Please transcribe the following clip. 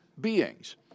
beings